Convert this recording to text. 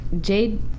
jade